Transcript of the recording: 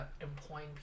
employing